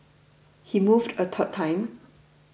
he moved a third time